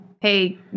Hey